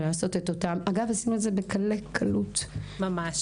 אגב, עשינו את זה בקלי קלות -- ממש.